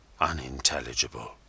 unintelligible